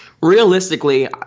Realistically